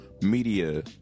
media